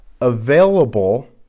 available